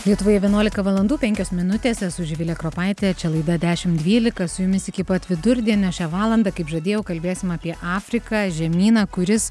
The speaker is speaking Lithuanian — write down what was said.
lietuvoje vienuolika valandų penkios minutės esu živilė kropaitė čia laida dešim dvylika su jumis iki pat vidurdienio šią valandą kaip žadėjau kalbėsim apie afriką žemyną kuris